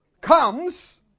comes